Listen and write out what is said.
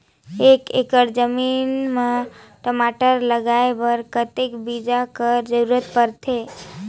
एक एकड़ जमीन म टमाटर लगाय बर कतेक बीजा कर जरूरत पड़थे?